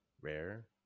rare